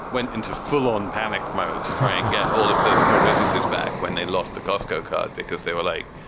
went into full on panic mode to try and get all of the small businesses back when they lost the costco card, because they were like,